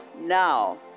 now